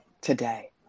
today